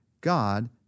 God